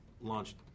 launched